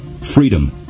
freedom